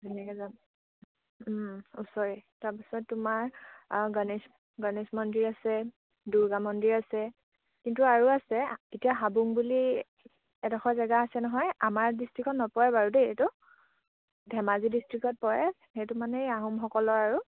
ধুনীয়াকে যাম ওচৰে তাৰপিছত তোমাৰ গণেশ গণেশ মন্দিৰ আছে দুৰ্গা মন্দিৰ আছে কিন্তু আৰু আছে এতিয়া হাবুং বুলি এডখৰ জেগা আছে নহয় আমাৰ ডিষ্ট্ৰিকত নপৰে বাৰু দেই এইটো ধেমাজি ডিষ্ট্ৰিকত পৰে সেইটো মানে আহোমসকলৰ আৰু